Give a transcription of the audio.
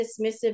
dismissive